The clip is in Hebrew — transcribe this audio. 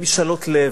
הם משאלות לב: